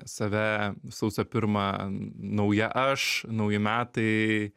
save sausio pirmą nauja aš nauji metai